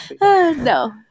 No